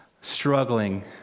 struggling